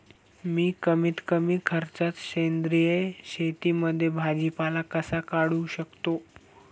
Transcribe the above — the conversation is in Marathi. मी कमीत कमी खर्चात सेंद्रिय शेतीमध्ये भाजीपाला कसा वाढवू शकतो?